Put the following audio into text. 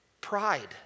Pride